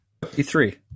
E3